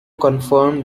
confirmed